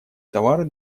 товары